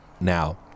now